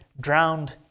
drowned